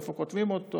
איפה כותבים אותו,